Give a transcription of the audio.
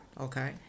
Okay